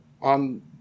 on